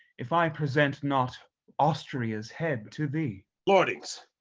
if i present not austria's head to thee. lordings,